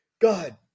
God